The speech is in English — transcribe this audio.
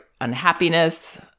unhappiness